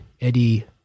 Eddie